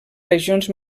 regions